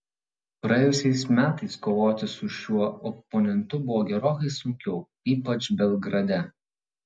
praėjusiais metais kovoti su šiuo oponentu buvo gerokai sunkiau ypač belgrade